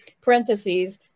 parentheses